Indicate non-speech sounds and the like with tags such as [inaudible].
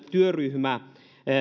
[unintelligible] työryhmän